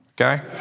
okay